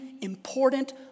important